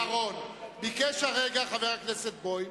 לתשלום קואליציוני